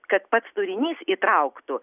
kad pats turinys įtrauktų